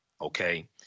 okay